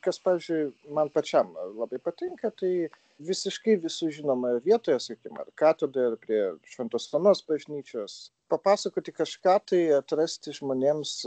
kas pavyzdžiui man pačiam labai patinka tai visiškai visų žinomoje vietoje sakykim ar katedroje ar prie šventos onos bažnyčios papasakoti kažką tai atrasti žmonėms